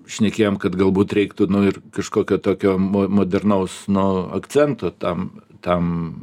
šnekėjom kad galbūt reiktų nu ir kažkokio tokio modernaus no akcento tam tam